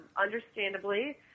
understandably